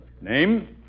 Name